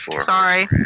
sorry